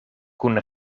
kun